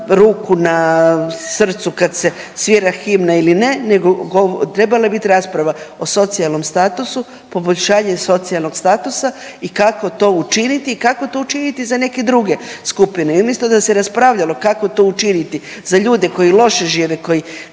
ruku na srcu kad se svira himna ili ne, nego trebala je biti rasprava o socijalnom statusu, poboljšanje socijalnog statusa i kako to učiniti i kako to učiniti za neke druge skupine. I umjesto da se raspravljalo kako to učiniti za ljude koji loše žive, koji